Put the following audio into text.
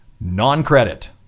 non-credit